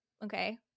Okay